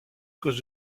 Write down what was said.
cause